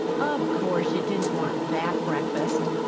of course you didn't want that breakfast,